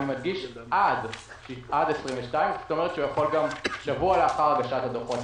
מדגיש: עד כי הוא יכול גם שבוע לאחר הגשת הדוחות,